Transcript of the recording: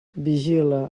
vigila